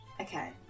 Okay